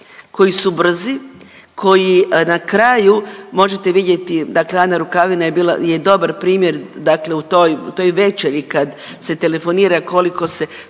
koji su brzi, koji na kraju možete vidjeti, dakle Ana Rukavina je bila, je dobar primjer dakle u toj, u toj večeri kad se telefonira koliko se